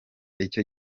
icyo